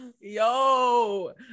yo